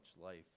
life